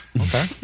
Okay